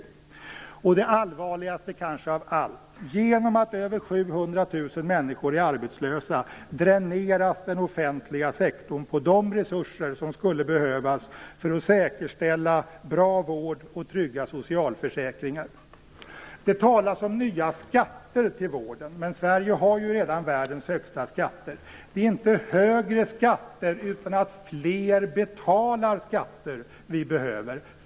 Kanske är det allvarligaste av allt att den offentliga sektorn - eftersom över 700 000 människor är arbetslösa - dräneras på de resurser som skulle behövas för att säkerställa bra vård och trygga socialförsäkringar. Det talas om nya skatter till vården. Men Sverige har ju redan världens högsta skatter. Vi behöver inte högre skatter utan fler som betalar skatter.